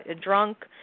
drunk